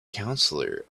counselor